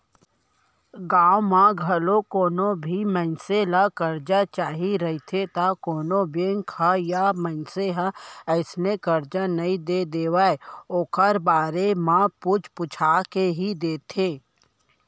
गाँव म घलौ कोनो भी मनसे ल करजा चाही रहिथे त कोनो बेंक ह या मनसे ह अइसने करजा नइ दे देवय ओखर बारे म पूछ पूछा के ही देथे